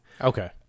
Okay